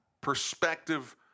perspective